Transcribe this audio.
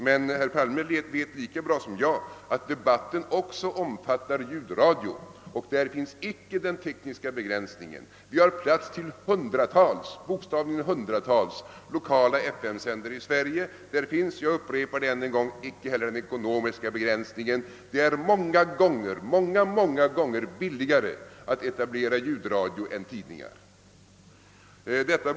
Men herr Palme vet lika bra som jag att debatten också omfattar ljudradion, och där finns inte den tekniska begränsningen. Vi har plats för hundratals lokala FM-sändare i Sverige. Där finns inte heller, jag upprepar det, den ekonomiska begränsningen. Det är många gånger billigare att etablera ljudradio än att starta tidningar.